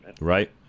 Right